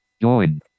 Join